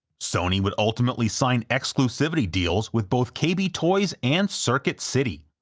sony would ultimately sign exclusivity deals with both kay-bee toys and circuit city,